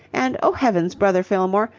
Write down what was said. and, oh heavens, brother fillmore,